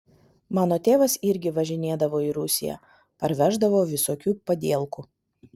mano tėvas irgi važinėdavo į rusiją parveždavo visokių padielkų